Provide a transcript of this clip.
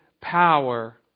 power